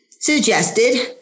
suggested